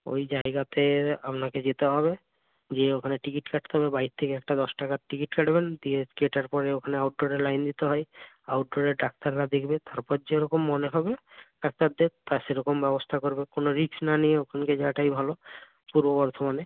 ওই জায়গাতে আপনাকে যেতে হবে গিয়ে ওখানে টিকিট কাটতে হবে বাইর থেকে একটা দশ টাকার টিকিট কাটবেন দিয়ে কাটার পরে ওখানে আউটডোরে লাইন দিতে হয় আউটডোরের ডাক্তাররা দেখবে তারপর যেরকম মনে হবে ডাক্তারদের তার সেরকম ব্যবস্থা করবে কোনো রিস্ক না নিয়ে ওখানকে যাওয়াটাই ভালো পূর্ব বর্ধমানে